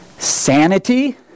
Sanity